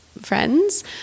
friends